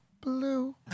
blue